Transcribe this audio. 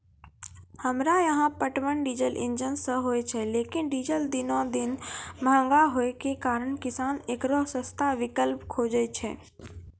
हमरा यहाँ पटवन डीजल इंजन से होय छैय लेकिन डीजल दिनों दिन महंगा होय के कारण किसान एकरो सस्ता विकल्प खोजे छैय?